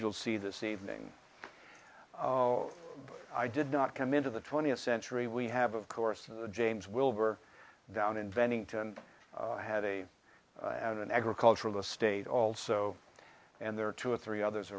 you'll see this evening but i did not come into the twentieth century we have of course the james wilbur down inventing and i have a an agricultural state also and there are two or three others